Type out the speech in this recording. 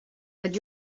but